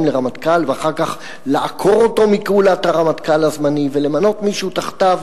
לרמטכ"ל ואחר כך לעקור אותו מכהונת הרמטכ"ל הזמני ולמנות מישהו תחתיו,